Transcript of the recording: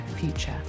future